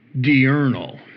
diurnal